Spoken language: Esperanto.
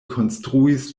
konstruis